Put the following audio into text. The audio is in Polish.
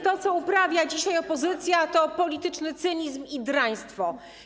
To, co uprawia dzisiaj opozycja, to polityczny cynizm i draństwo.